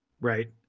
right